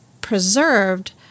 preserved